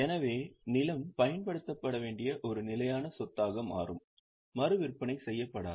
எனவே 'நிலம்' பயன்படுத்தப்பட வேண்டிய ஒரு நிலையான சொத்தாக மாறும் மறுவிற்பனை செய்யப்படாது